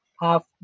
half